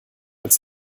als